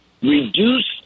Reduce